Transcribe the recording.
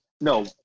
No